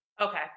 Okay